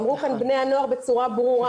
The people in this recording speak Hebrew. אמרו כאן בני הנוער בצורה ברורה,